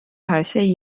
herşey